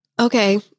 Okay